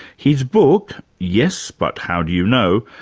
his book, yes, but how do you know?